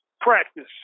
practice